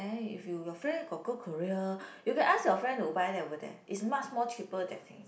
then if you your friend got go Korea you can ask your friend to buy that over there it's much more cheaper that thing